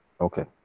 okay